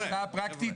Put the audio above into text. אציע לך הצעה פרקטית.